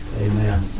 Amen